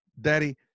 Daddy